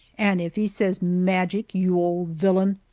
and if he says, magic, you old villain,